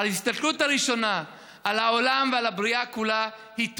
ההסתכלות הראשונה על העולם ועל הבריאה כולה היא,